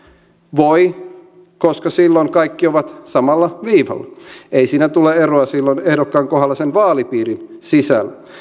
voi koska silloin kaikki ovat samalla viivalla ei siinä tule eroa silloin ehdokkaan kohdalla sen vaalipiirin sisällä